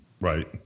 right